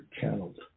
channeled